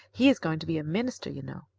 he is going to be a minister, you know.